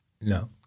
No